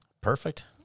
Perfect